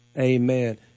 Amen